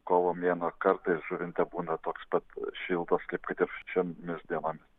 kovo mėnuo kartais žuvinte būna toks pat šiltas kaip kad ir šiomis dienomis